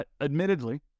admittedly